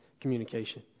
communication